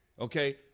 okay